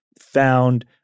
found